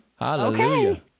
Hallelujah